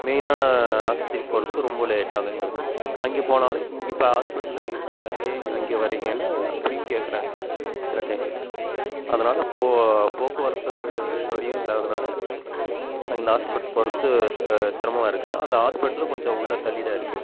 மெயினான ஆஸ்பத்திரி போகிறதுக்கு ரொம்ப லேட்டாகும் எங்களுக்கு அங்கே போனாலும் இங்கே இப்போ ஹாஸ்பிட்லு இருக்குதுல்ல ஏன் அங்கே வரீங்கன்னு அப்படியும் கேட்கறாங்க சில டைம் அதனால் போ போக்குவரத்து சௌகரியம் இல்லாதனால் அங்கே ஹாஸ்பிட்டல் போகிறதுக்கு செ சிரமமா இருக்குது அந்த ஹாஸ்பிட்டலும் கொஞ்சம் உள்ளே தள்ளிதான் இருக்குது